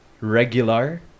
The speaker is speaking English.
regular